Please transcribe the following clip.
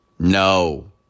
No